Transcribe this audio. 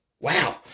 Wow